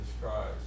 Christ